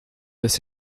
this